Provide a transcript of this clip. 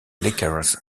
lakers